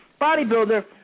bodybuilder